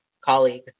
colleague